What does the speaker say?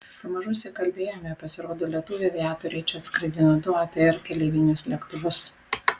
pamažu išsikalbėjome pasirodo lietuviai aviatoriai čia atskraidino du atr keleivinius lėktuvus